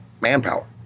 manpower